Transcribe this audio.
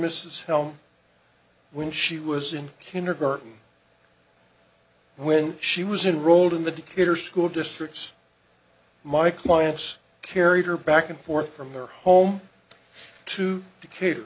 mrs helm when she was in kindergarten when she was in rolled in the decatur school districts my clients carried her back and forth from their home to